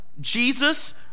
Jesus